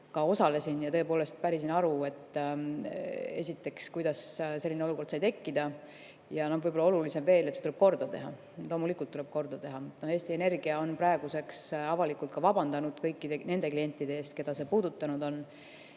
ka osalesin ja pärisin aru, kuidas selline olukord sai tekkida, ja võib-olla olulisem veel oli sõnum, et see tuleb korda teha. Loomulikult tuleb korda teha! Eesti Energia on praeguseks avalikult vabandanud kõikide nende klientide ees, keda see puudutanud on.